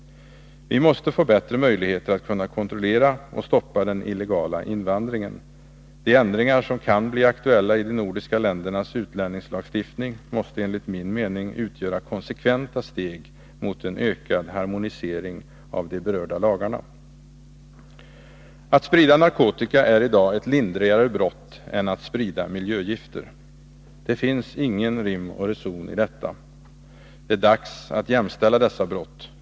Vi måste få bättre möjligheter att kontrollera och stoppa den illegala invandringen. De ändringar som kan bli aktuella i de nordiska ländernas utlänningslagstiftning måste enligt min mening utgöra konsekventa steg mot en ökad harmonisering av de berörda lagarna. Att sprida narkotika är i dag ett lindrigare brott än att sprida miljögifter. Det finns ingen rim och reson i detta. Det är dags att jämställa dessa brott.